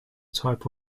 type